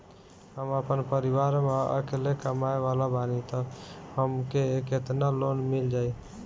हम आपन परिवार म अकेले कमाए वाला बानीं त हमके केतना लोन मिल जाई?